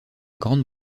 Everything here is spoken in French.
grande